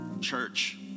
church